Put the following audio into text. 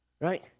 Right